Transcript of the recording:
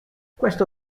questo